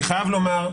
אני חייב לומר,